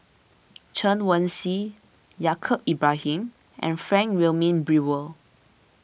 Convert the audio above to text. Chen Wen Hsi Yaacob Ibrahim and Frank Wilmin Brewer